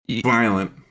violent